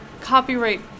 copyright